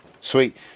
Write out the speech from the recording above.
Sweet